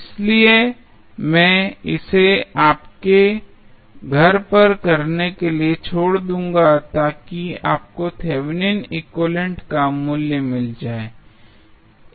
इसलिए मैं इसे आपके घर पर करने के लिए छोड़ दूंगा ताकि आपको थेवेनिन एक्विवैलेन्ट Thevenins equivalent का मूल्य मिल जाए